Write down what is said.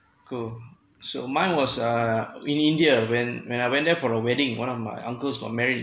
cool so mine was uh in india when when I went there for a wedding one of my uncles got married